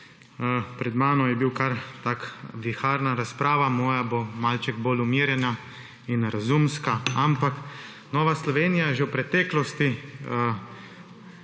Pred menoj je bila viharna razprava. Moje bo malo bolj umirjena in razumska, ampak Nova Slovenija je že v preteklosti